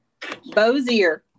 Bozier